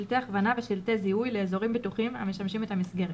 שלטי הכוונה ושלטי זיהוי לאזורים בטוחים המשמשים את המסגרת,